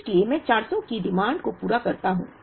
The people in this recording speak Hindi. इसलिए मैं 400 की मांग को पूरा करता हूं